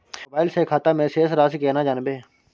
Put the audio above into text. Mobile से खाता में शेस राशि केना जानबे?